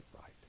right